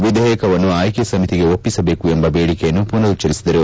ವಿಧೇಯಕವನ್ನು ಆಯ್ಕೆ ಸಮಿತಿಗೆ ಒಪ್ಪಿಸಬೇಕು ಎಂಬ ಬೇಡಿಕೆಯನ್ನು ಪುನರುಚ್ಚರಿಸಿದರು